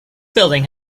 building